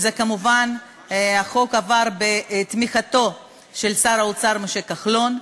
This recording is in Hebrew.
וכמובן החוק עבר בתמיכתו של שר האוצר משה כחלון.